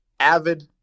avid